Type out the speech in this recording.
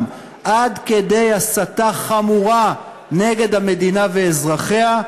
עד כדי הסתה חמורה נגד המדינה ואזרחיה,